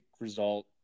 result